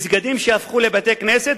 מסגדים שהפכו לבתי-כנסת,